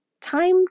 time